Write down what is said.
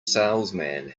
salesman